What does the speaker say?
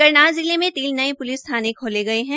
करनाल जिले में तीन नये प्लिस थाने खोले गये है